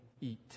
Eat